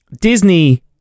Disney